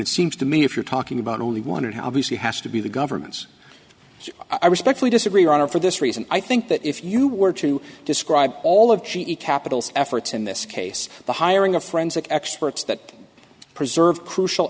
it seems to me if you're talking about only one hundred obviously has to be the government's i respectfully disagree on or for this reason i think that if you were to describe all of g e capital efforts in this case the hiring a forensic experts that preserve crucial